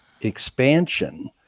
expansion